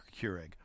Keurig